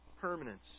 Permanence